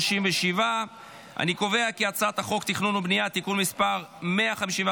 37. אני קובע כי הצעת חוק התכנון והבנייה (תיקון מס' 151),